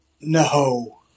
No